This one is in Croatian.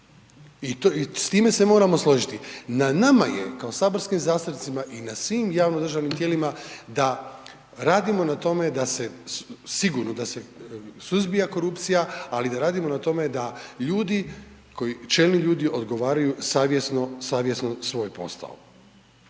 i s time se moramo složiti. Na nama je kao saborskim zastupnicima i na svim javno državnim tijelima da radimo na tome da se sigurno da se suzbija korupcija, ali i da radimo na tome da ljudi, čelni ljudi odgovaraju savjesno, savjesno